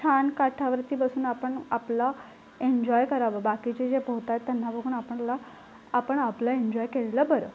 छान काठावरती बसून आपण आपला एंजॉय करावं बाकीचे जे पोहत आहेत त्यांना बघून आपणला आपण आपलं एंजॉय केलेलं बरं